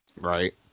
Right